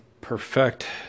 perfect